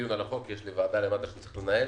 בדיון על החוק - יש לי ועדה שצריך לנהל,